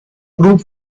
group